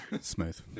Smooth